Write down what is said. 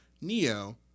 Neo